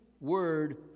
word